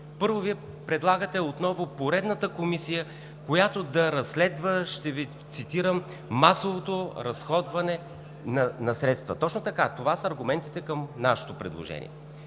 Първо, Вие предлагате отново поредната комисия, която да разследва – ще Ви цитирам – масовото разходване на средства, точно така, това са аргументите към Вашето предложение.